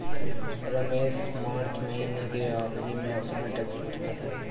रमेश मार्च महीने के आखिरी में अपना टैक्स भरता है